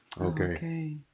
okay